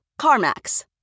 CarMax